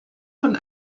von